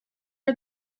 are